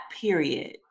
period